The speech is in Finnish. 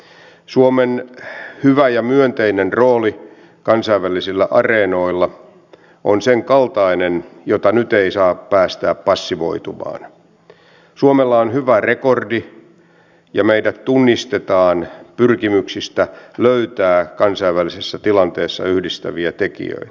edustaja yanarille toteaisin että voi olla että perheenyhdistämisen vaikeuttaminen ei edistä kotoutumista mutta meillä ei voi olla kovin erilaiset käytännöt kuin naapurimaillamme pohjoismaissa ellemme halua että tulevinakin vuosina täällä on kymmeniätuhansia turvapaikanhakijoita vuosittain